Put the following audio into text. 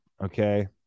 Okay